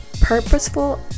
purposeful